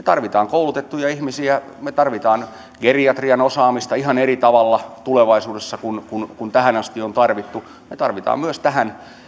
tarvitsemme koulutettuja ihmisiä me tarvitsemme geriatrian osaamista ihan eri tavalla tulevaisuudessa kuin tähän asti on tarvittu me tarvitsemme myös tähän